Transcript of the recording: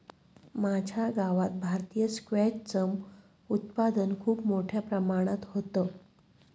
माझ्या गावात भारतीय स्क्वॅश च उत्पादन खूप मोठ्या प्रमाणात होतं